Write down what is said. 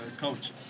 coach